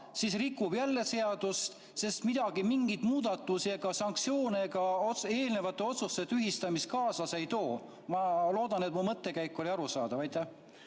vaja, rikub jälle seadust, sest mingeid muudatusi ega sanktsioone või ka eelnevate otsuste tühistamist see kaasa ei too? Ma loodan, et mu mõttekäik oli arusaadav.